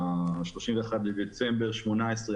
ב-31 בדצמבר 2018,